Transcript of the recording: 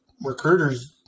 recruiters